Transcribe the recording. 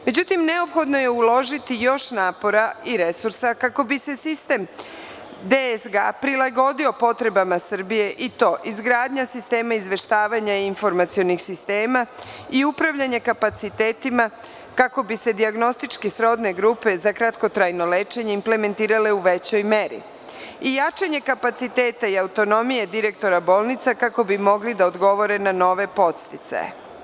Međutim, neophodno je uložiti još napora i resursa kako bi se sistem DSG prilagodio potrebama Srbije, i to izgradnja sistema izveštavanja i informacionih sistema i upravljanje kapacitetima kako bi se dijagnostički srodne grupe za kratkotrajno lečenje implementirale u većoj meri, jačanje kapaciteta i autonomije direktora bolnice kako bi mogli da odgovore na nove podsticaje.